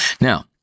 Now